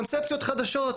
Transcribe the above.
קונספציות חדשות.